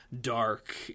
dark